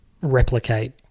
replicate